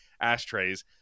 ashtrays